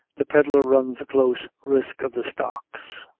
the pedlar runs a close risk of the stocks.